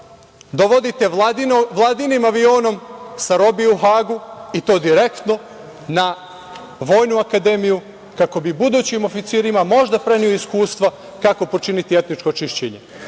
dovodite Vladinim avionom sa robije u Hagu i to direktno na Vojnu akademiju kako bi budućim oficirima možda preneo iskustva kako počiniti etničko čišćenje?